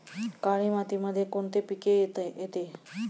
काळी मातीमध्ये कोणते पिके येते?